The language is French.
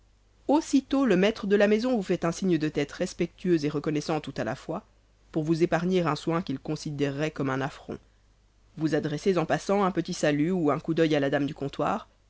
aussitôt le maître de la maison vous fait un signe de tête respectueux et reconnaissant tout à la fois pour vous épargner un soin qu'il considérerait comme un affront vous adressez en passant un petit salut et un coup doeil à la dame du comptoir